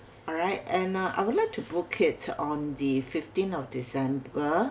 alright and uh I would like to book it on the fifteen of december